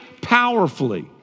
powerfully